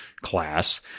class